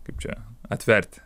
kaip čia atverti